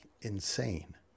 insane